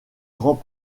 grands